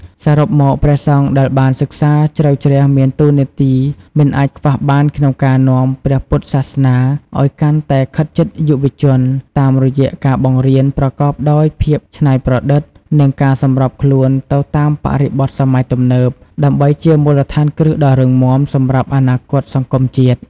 សរុបមក ព្រះសង្ឃដែលបានសិក្សាជ្រៅជ្រះមានតួនាទីមិនអាចខ្វះបានក្នុងការនាំព្រះពុទ្ធសាសនាឱ្យកាន់តែខិតជិតយុវជន តាមរយៈការបង្រៀនប្រកបដោយភាពច្នៃប្រឌិត និងការសម្របខ្លួនទៅតាមបរិបទសម័យទំនើប ដើម្បីជាមូលដ្ឋានគ្រឹះដ៏រឹងមាំសម្រាប់អនាគតសង្គមជាតិ។